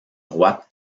droite